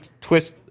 twist